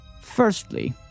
Firstly